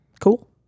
cool